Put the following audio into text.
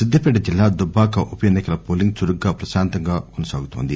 సిద్దిపేట జిల్లా దుబ్బాక ఉప ఎన్నికల పోలింగ్ చురుగ్గా ప్రశాంతంగా కొనసాగుతోంది